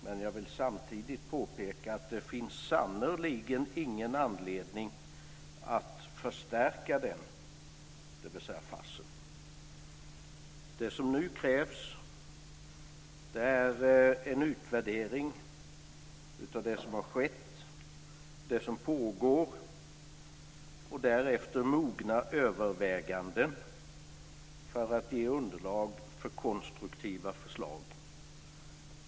Men jag vill samtidigt påpeka att det sannerligen inte finns någon anledning att förstärka farsen. Det som nu krävs är en utvärdering av det som har skett och det som pågår. Därefter krävs det mogna överväganden för att ge underlag för konstruktiva förslag.